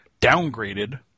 downgraded